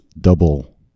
double